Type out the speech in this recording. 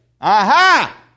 Aha